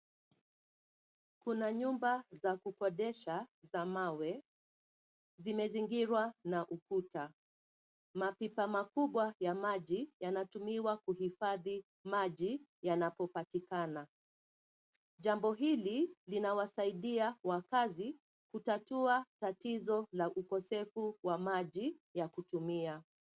Kuna nyumba za kukodisha za mawe, zimezingirwa na ukuta. Mapipa makubwa ya maji yanatumiwa kuhifadhi maji yanapopatikana. Jambo hili linawasaidia wakaazi kutatua tatizo la ukosefu wa maji ya kutumia.